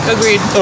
Agreed